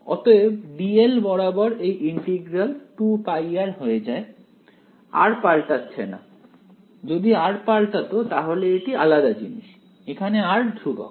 অতএব dl বরাবর এই ইন্টিগ্রাল 2πr হয়ে যায় r পাল্টাচ্ছে না যদি r পাল্টাতো তাহলে এটি আলাদা জিনিস এখানে r ধ্রুবক